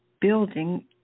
building